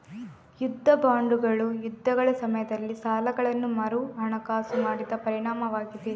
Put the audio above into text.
ಯುದ್ಧ ಬಾಂಡುಗಳು ಯುದ್ಧಗಳ ಸಮಯದಲ್ಲಿ ಸಾಲಗಳನ್ನು ಮರುಹಣಕಾಸು ಮಾಡಿದ ಪರಿಣಾಮವಾಗಿದೆ